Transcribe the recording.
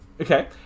Okay